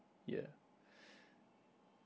yeah